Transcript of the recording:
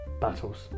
Battles